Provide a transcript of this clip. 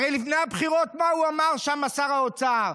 הרי לפני הבחירות מה הוא אמר שם, שר האוצר?